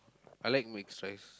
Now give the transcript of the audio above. I like mixed rice